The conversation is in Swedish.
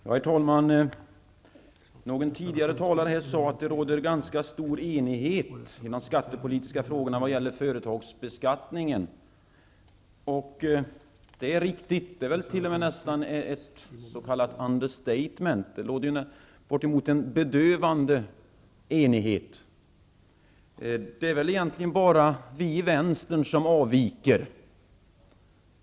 Herr talman! En tidigare talare sade att det råder ganska stor enighet i de skattepolitiska frågorna vad gäller företagsbeskattningen. Det är riktigt. Det är nästan ett s.k. understatement. Här råder nästan en bedövande enighet. Det är väl egentligen bara vi i Vänstern som avviker.